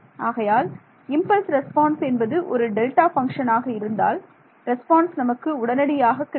ஆகையால் impulse response என்பது ஒரு டெல்டா பங்க்ஷன் ஆக இருந்தால் ரெஸ்பான்ஸ் நமக்கு உடனடியாக கிடைக்கும்